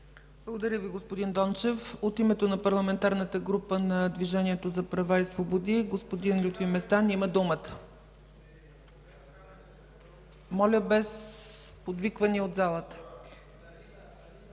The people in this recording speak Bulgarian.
Благодаря Ви, господин Дончев. От името на Парламентарната група на Движението за права и свободи има думата господин Лютви Местан. (Реплики от залата.) Моля, без подвиквания от залата.